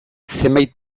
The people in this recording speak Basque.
zenbait